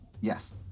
Yes